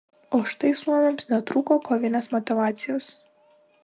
o štai suomiams netrūko kovinės motyvacijos